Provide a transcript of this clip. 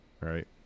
Right